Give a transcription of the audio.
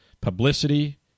Publicity